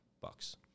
Bucks